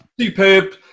superb